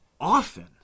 often